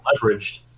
leveraged